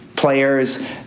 Players